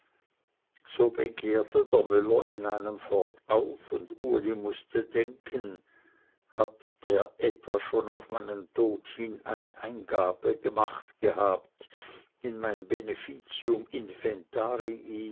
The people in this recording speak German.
so begehrte der müller in einem fort auf und uli mußte denken hat der etwa schon auf meinen tod hin eine eingabe gemacht gehabt in mein